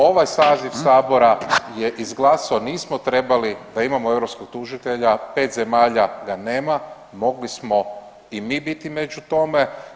Ovaj saziv sabora je izglasao, nismo trebali da imamo europskog tužitelja, 5 zemalja ga nema, mogli smo i mi biti među tome.